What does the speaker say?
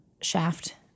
shaft